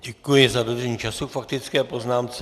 Děkuji za dodržení času k faktické poznámce.